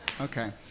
Okay